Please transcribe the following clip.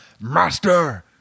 master